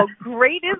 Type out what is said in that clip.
great